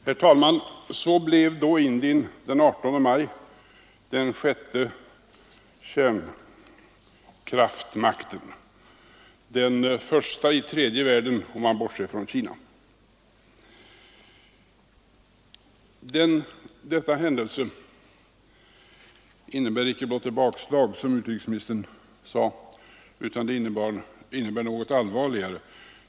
Herr talman! Så blev då Indien den 18 maj den sjätte kärnkraftsmakten, den första i tredje världen om man bortser från Kina. Denna händelse innebär icke blott ett bakslag, som utrikesministern sade, utan det innebär något allvarligare.